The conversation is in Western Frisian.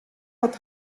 dat